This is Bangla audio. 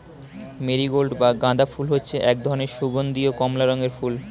মেরিগোল্ড বা গাঁদা ফুল হচ্ছে এক ধরনের সুগন্ধীয় কমলা রঙের ফুল